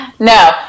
No